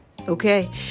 okay